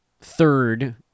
third